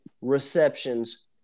receptions